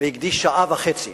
והקדיש שעה וחצי